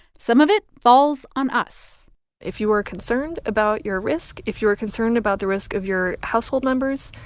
some of it falls on us if you are concerned about your risk, if you are concerned about the risk of your household members,